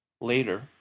Later